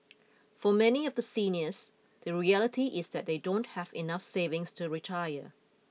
for many of the seniors the reality is that they don't have enough savings to retire